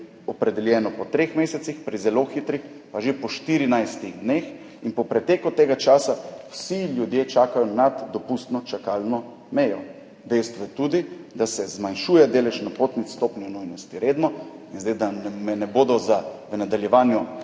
opredeljeno že po treh mesecih, pri zelo hitrih pa že po 14 dneh in po preteku tega časa vsi ljudje čakajo nad dopustno čakalno mejo. Dejstvo je tudi, da se zmanjšuje delež napotnic s stopnjo nujnosti redno in zdaj, da me ne bodo v nadaljevanju